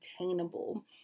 attainable